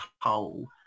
hole